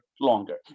longer